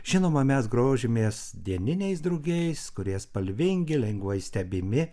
žinoma mes grožimės dieniniais drugiais kurie spalvingi lengvai stebimi